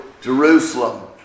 Jerusalem